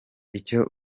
icyo